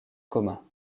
commun